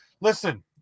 Listen